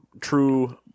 true